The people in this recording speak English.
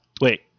Wait